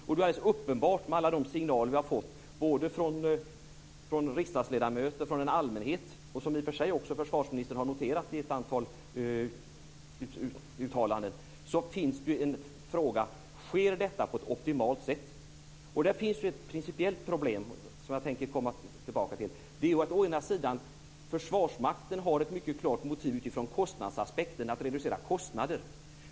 Det är alldeles uppenbart med de signaler vi har fått från riksdagsledamöter och allmänhet, och som försvarsministern har noterat i ett antal uttalanden, att frågan är om detta sker på ett optimalt sätt. Där finns ett principiellt problem som jag tänker komma tillbaka till. Å ena sidan har Försvarsmakten ett klart motiv utifrån kostnadsaspekterna att reducera kostnader.